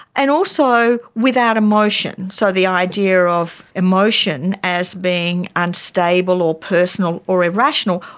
and also without emotion, so the idea of emotion as being unstable or personal or irrational,